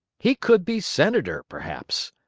he could be senator, perhaps!